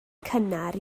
cynnar